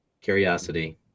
curiosity